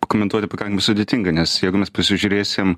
pakomentuoti pakankamai sudėtinga nes jeigu mes pasižiūrėsim